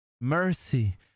Mercy